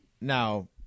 Now